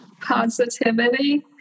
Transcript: positivity